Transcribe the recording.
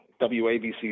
WABC